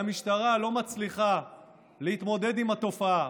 והמשטרה לא מצליחה להתמודד עם התופעה,